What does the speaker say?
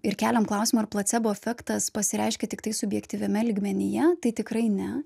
ir keliam klausimą ar placebo efektas pasireiškia tiktai subjektyviame lygmenyje tai tikrai ne